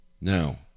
now